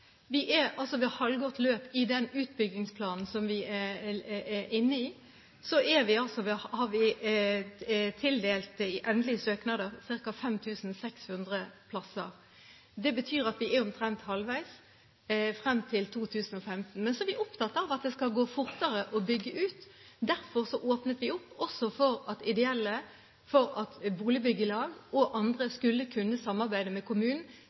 Ved halvgått løp i den utbyggingsplanen som vi er inne i, har vi tildelt i endelige søknader ca. 5 600 plasser. Det betyr at vi er omtrent halvveis frem til 2015. Vi er opptatt av at det skal gå fortere å bygge ut. Derfor åpnet vi også opp for at ideelle, boligbyggelag og andre skulle kunne samarbeide med kommunen